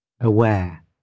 aware